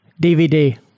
DVD